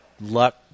luck